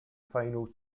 final